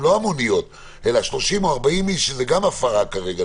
לא המוניות אלא 30 או 40 איש שזה גם הפרה כרגע,